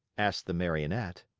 asked the marionette.